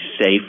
safe